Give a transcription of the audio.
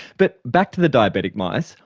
but back to the diabetic mice.